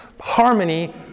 harmony